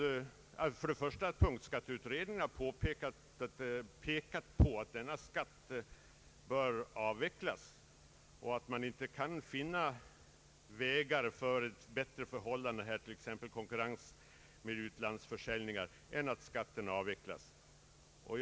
Jag är glad över att punktskatteutredningen har pekat på att branschen har stora svårigheter och att man inte kan finna andra vägar för ett bättre förhållande — t.ex. i fråga om konkurrensen med utlandsförsäljningar — än avvecklande av skatten.